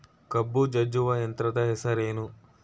ಕಬ್ಬು ಜಜ್ಜುವ ಯಂತ್ರದ ಹೆಸರೇನು?